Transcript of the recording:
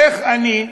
איך אני,